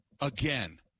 again